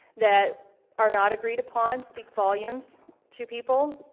that are not agreed upon speak volumes to people.